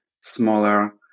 smaller